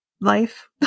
life